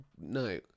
no